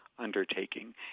undertaking